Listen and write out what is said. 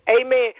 Amen